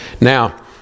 Now